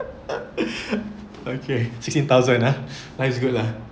okay sixteen thousand ah now it's good lah